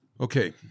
Okay